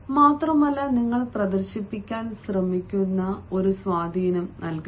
മാത്രമല്ല നിങ്ങൾ പ്രദർശിപ്പിക്കാൻ ശ്രമിക്കുന്ന ഒരു സ്വാധീനം നൽകരുത്